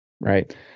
right